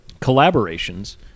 collaborations